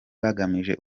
bagamije